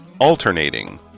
Alternating